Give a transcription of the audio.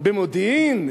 במודיעין?